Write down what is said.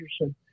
Anderson